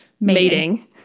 mating